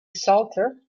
salter